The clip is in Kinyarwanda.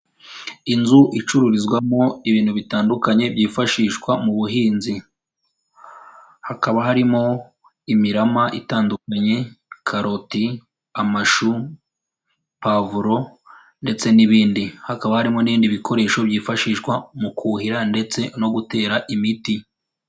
Inzu icururizwamo ibintu bitandukanye byifashishwa mu buhinzi, hakaba harimo imirama itandukanye karoti, amashu, pavuro ndetse n'ibindi hakaba harimo n'ibindi bikoresho byifashishwa mu kuhira ndetse no gutera imiti.